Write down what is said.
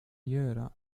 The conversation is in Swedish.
göra